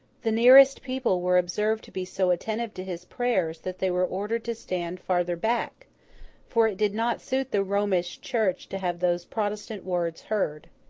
the nearest people were observed to be so attentive to his prayers that they were ordered to stand farther back for it did not suit the romish church to have those protestant words heard.